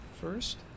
first